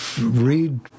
read